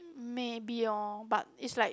maybe orh but is like